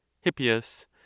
Hippias